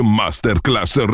masterclass